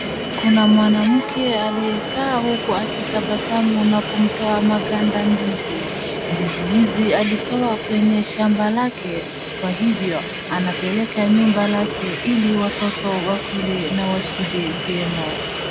Kuna mwanamke aliyekaa huku akitabsamu na kumtoa maganda ndizi. Ndizi hizi alitoa kwenye shamba lake, kwa hivyo anapeleka nyumba lake ili watoto wakule na washibe vyema.